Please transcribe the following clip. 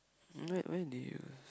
where when did you